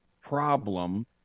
problem